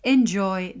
Enjoy